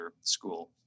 school